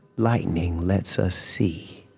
lightning lets us see.